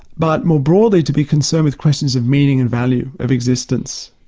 but more broadly to be concerned with questions of meaning and value, of existence,